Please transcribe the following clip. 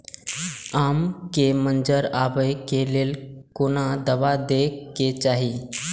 आम के मंजर आबे के लेल कोन दवा दे के चाही?